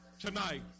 tonight